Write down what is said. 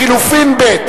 לחלופין א'.